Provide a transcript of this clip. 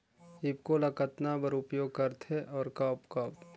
ईफको ल कतना बर उपयोग करथे और कब कब?